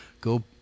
Go